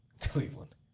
Cleveland